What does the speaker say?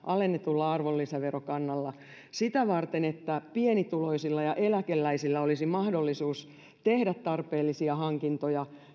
alennetulla arvonlisäverokannalla sitä varten että pienituloisilla ja eläkeläisillä olisi mahdollisuus tehdä tarpeellisia hankintoja